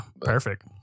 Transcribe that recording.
Perfect